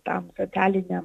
tam socialiniam